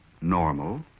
normal